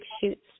shoots